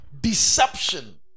Deception